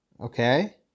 Okay